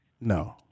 No